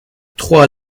trois